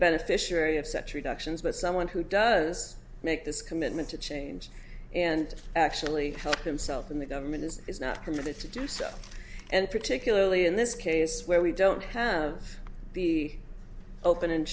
beneficiary of such reductions but someone who does make this commitment to change and actually help himself in the government is is not permitted to do so and particularly in this case where we don't have the open and